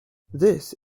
this